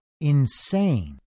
insane